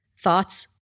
Thoughts